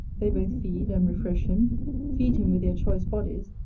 they both feed and refresh him feed him with their choice bodies,